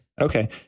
Okay